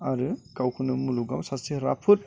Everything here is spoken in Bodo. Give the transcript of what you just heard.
आरो गावखौनो मुलुगाव सासे राफोद